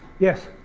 yes.